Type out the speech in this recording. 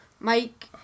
Mike